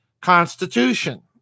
Constitution